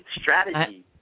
strategy